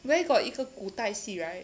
where got 一个古代戏 right